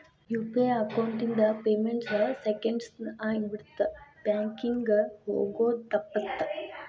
UPI account ಇಂದ payment seconds ನ ಆಗಿಬಿಡತ್ತ ಬ್ಯಾಂಕಿಂಗ್ ಹೋಗೋದ್ ತಪ್ಪುತ್ತ